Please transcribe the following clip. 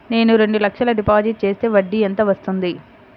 నేను రెండు లక్షల డిపాజిట్ చేస్తే వడ్డీ ఎంత వస్తుంది?